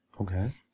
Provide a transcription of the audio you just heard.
Okay